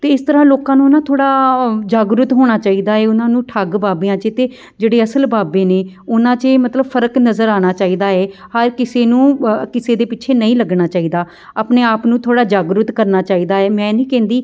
ਅਤੇ ਇਸ ਤਰ੍ਹਾਂ ਲੋਕਾਂ ਨੂੰ ਨਾ ਥੋੜ੍ਹਾ ਜਾਗਰੂਕ ਹੋਣਾ ਚਾਹੀਦਾ ਏ ਉਹਨਾਂ ਨੂੰ ਠੱਗ ਬਾਬਿਆਂ 'ਚ ਅਤੇ ਜਿਹੜੇ ਅਸਲ ਬਾਬੇ ਨੇ ਉਹਨਾਂ 'ਚ ਮਤਲਬ ਫਰਕ ਨਜ਼ਰ ਆਉਣਾ ਚਾਹੀਦਾ ਹੈ ਹਰ ਕਿਸੇ ਨੂੰ ਅ ਕਿਸੇ ਦੇ ਪਿੱਛੇ ਨਹੀਂ ਲੱਗਣਾ ਚਾਹੀਦਾ ਆਪਣੇ ਆਪ ਨੂੰ ਥੋੜ੍ਹਾ ਜਾਗਰੂਕ ਕਰਨਾ ਚਾਹੀਦਾ ਹੈ ਮੈਂ ਨਹੀਂ ਕਹਿੰਦੀ